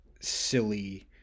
silly